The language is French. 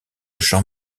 jean